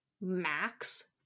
max